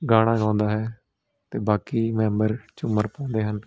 ਗਾਣਾ ਗਾਉਂਦਾ ਹੈ ਅਤੇ ਬਾਕੀ ਮੈਂਬਰ ਝੂਮਰ ਪਾਉਂਦੇ ਹਨ